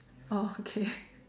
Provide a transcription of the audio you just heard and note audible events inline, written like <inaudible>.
oh okay <laughs>